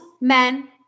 men